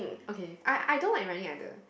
okay I I don't like running rider